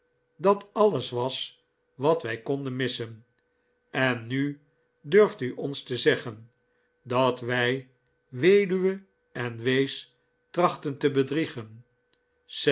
dat alles was wat wij konden missen en nu durft u ons te zeggen dat wij weduwe en wees trachten te bedriegen